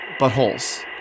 buttholes